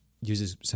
uses